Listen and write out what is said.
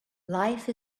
life